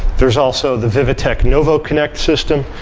there's also the vivitek novoconnect system.